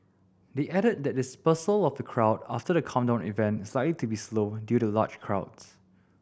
they added that dispersal of the crowd after the countdown event is likely to be slow due to large crowds